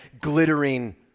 glittering